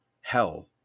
hell